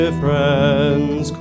friends